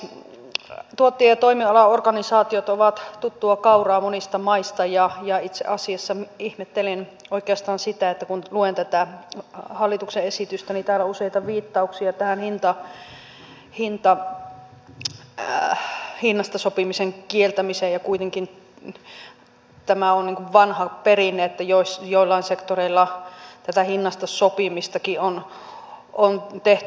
tuottaja ja toimialaorganisaatiot ovat tuttua kauraa monista maista ja itse asiassa ihmettelen oikeastaan sitä että kun luen tätä hallituksen esitystä niin täällä on useita viittauksia tähän hinnasta sopimisen kieltämiseen ja kuitenkin tämä on niin kuin vanha perinne että joillain sektoreilla tätä hinnasta sopimistakin on tehty